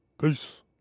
Peace